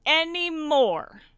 anymore